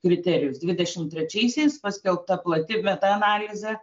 kriterijus dvidešimt trečiaisiais paskelbta plati meta analizė